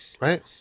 Right